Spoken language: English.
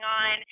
on